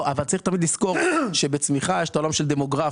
אבל צריך תמיד לזכור שבצמיחה יש את העולם של דמוגרפיה.